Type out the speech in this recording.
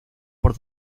por